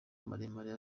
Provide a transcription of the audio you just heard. maremare